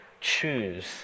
choose